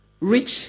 rich